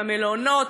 המלונות,